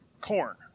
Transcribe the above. corn